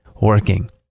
working